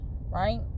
right